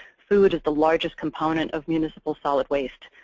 food is the largest component of municipal solid waste.